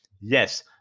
Yes